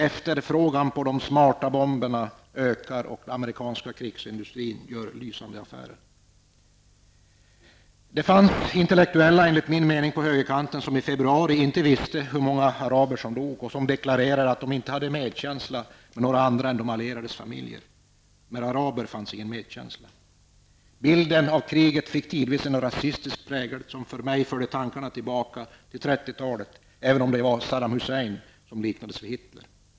Efterfrågan på de smarta bomberna ökar, och den amerikanska krigsindustrin gör lysande affärer. Det fanns, enligt min mening, intellektuella på högerkanten som i februari inte visste hur många araber som dog och som deklarerade att de inte hade medkänsla för några andra än de allierades familjer. Med araber fanns ingen medkänsla. Bilden av kriget fick en tidvis rasistisk prägel, som för mig förde tankarna tillbaka till 30-talet, även om det var Saddam Hussein som liknades vid Hittler.